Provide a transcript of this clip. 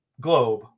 globe